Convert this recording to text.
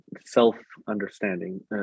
self-understanding